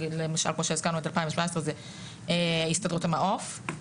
זה הסתדרות המעוף.